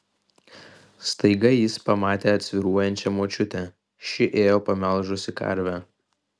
staiga jis pamatė atsvyruojančią močiutę ši ėjo pamelžusi karvę